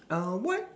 err what